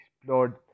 explored